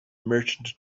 merchant